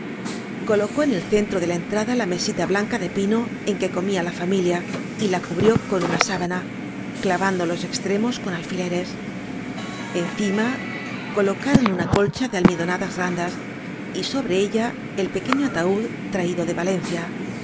colocó en el centro de la entrada la mesita blanca de pino en que comía la fa milia y la cubrió con una sábana clavando los extremos con alfileres encima colocaron una colcha de almidonadas randas y sobre ella el pequeño ataúd traído de valencia